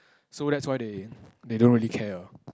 so that's why they they don't really care ah